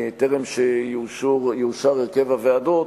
טרם יאושר הרכב הוועדות,